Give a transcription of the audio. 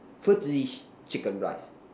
first dish chicken rice